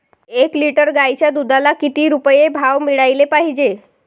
एक लिटर गाईच्या दुधाला किती रुपये भाव मिळायले पाहिजे?